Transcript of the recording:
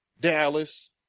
Dallas